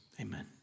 amen